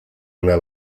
una